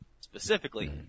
Specifically